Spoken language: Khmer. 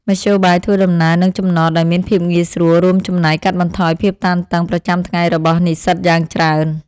មធ្យោបាយធ្វើដំណើរនិងចំណតដែលមានភាពងាយស្រួលរួមចំណែកកាត់បន្ថយភាពតានតឹងប្រចាំថ្ងៃរបស់និស្សិតយ៉ាងច្រើន។